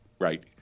right